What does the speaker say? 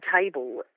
table